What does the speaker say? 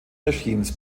regimes